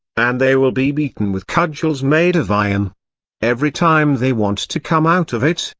and they will be beaten with cudgels made of iron. every time they want to come out of it,